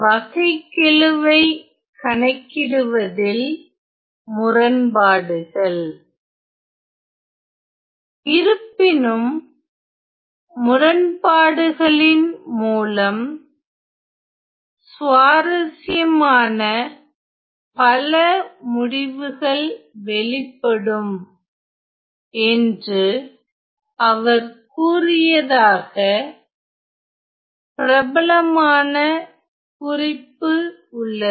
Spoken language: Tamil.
வகைக்கெழுவை கணக்கிடுவதில் முரண்பாடுகள் இருப்பினும் முரண்பாடுகளின் மூலம் சுவாரசியமான பல முடிவுகள் வெளிப்படும் என்று அவர் கூறியதாக பிரபலமான குறிப்பு உள்ளது